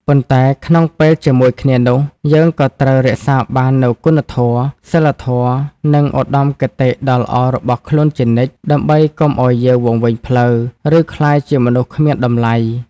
ប៉ុន្តែក្នុងពេលជាមួយគ្នានោះ យើងក៏ត្រូវរក្សាបាននូវគុណធម៌ សីលធម៌ និងឧត្តមគតិដ៏ល្អរបស់ខ្លួនជានិច្ច ដើម្បីកុំឱ្យយើងវង្វេងផ្លូវ ឬក្លាយជាមនុស្សគ្មានតម្លៃ។